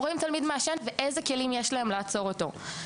הם רואים תלמיד מעשן ואיזה כלים יש להם לעצור אותו?